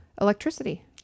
electricity